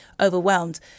overwhelmed